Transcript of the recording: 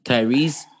Tyrese